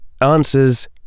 ANSWERS